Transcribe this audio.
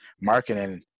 marketing